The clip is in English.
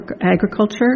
agriculture